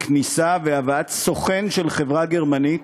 לכניסה והבאת סוכן של חברה גרמנית